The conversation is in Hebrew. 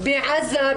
בעזה,